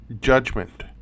judgment